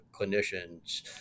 clinicians